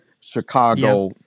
Chicago